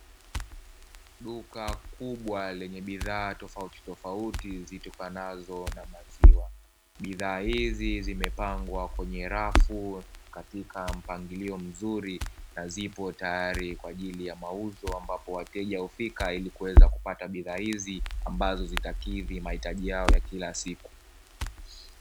Duka kubwa lenye bidhaa tofautitofauti zitokanazo na maziwa, bidhaa hizi zimepangwa kwenye rafu katika mpangilio mzuri na zipo tayari kwa ajili ya mauzo ambapo wateja hufika ,ili kuweza kupata bidhaa hizi, ambazo zitakidhi mahitaji yao ya kila siku.